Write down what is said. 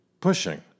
pushing